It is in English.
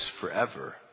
forever